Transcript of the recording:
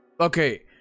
okay